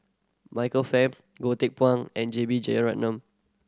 Michael Fam Goh Teck Phuan and J B Jeyaretnam